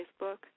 Facebook